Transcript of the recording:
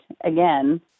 again